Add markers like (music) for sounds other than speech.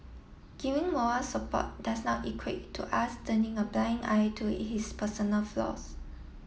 giving moral support does not equate to us turning a blind eye to (unintelligible) his personal flaws